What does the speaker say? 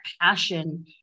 passion